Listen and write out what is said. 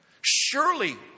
Surely